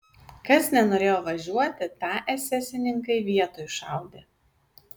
kas nenorėjo važiuoti tą esesininkai vietoj šaudė